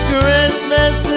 Christmas